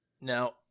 Now